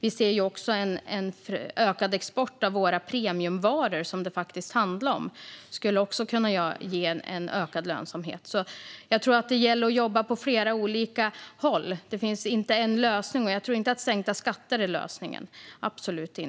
Vi ser dessutom en ökad export av våra premiumvaror, som det handlar om. Det skulle också kunna ge en ökad lönsamhet. Jag tror att det gäller att jobba på flera olika håll. Det finns inte en enda lösning. Men jag tror absolut inte att sänkta skatter är lösningen.